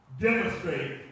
Demonstrate